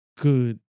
Good